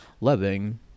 loving